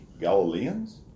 Galileans